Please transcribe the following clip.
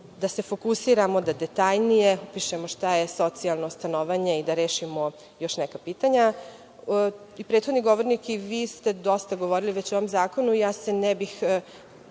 da se fokusiramo da detaljnije opišemo šta je socijalno stanovanje i da rešimo još neka pitanja. Prethodni govornik, a i vi ste dosta govorili o ovom zakonu, ja ne bih